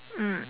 mm